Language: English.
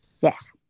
Yes